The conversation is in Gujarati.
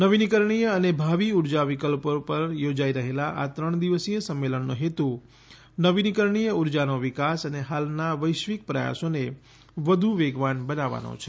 નવીનીકરણીય અને ભાવી ઉર્જા વિકલ્પો પર યોજાઈ રહેલા આ ત્રણ દિવસીય સંમેલનનો હેતુ નવીનીકરણીય ઉર્જાનો વિકાસ અને હાલના વૈશ્વિક પ્રયાસોને વધુ વેગવાન બનાવવાનો છે